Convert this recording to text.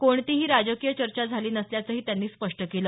कोणतीही राजकीय चर्चा झाली नसल्याचंही त्यांनी स्पष्ट केलं